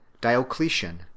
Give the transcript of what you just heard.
Diocletian